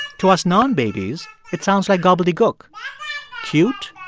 to us non-babies, it sounds like gobbledygook cute,